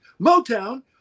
Motown